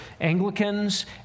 Anglicans